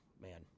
man